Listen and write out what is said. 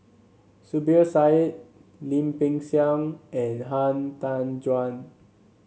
Zubir Said Lim Peng Siang and Han Tan Juan